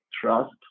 trust